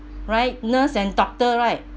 right nurse and doctor right